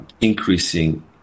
increasing